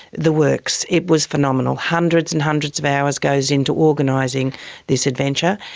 the works. it was phenomenal. hundreds and hundreds of hours goes into organising this adventure,